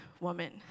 woman